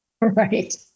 Right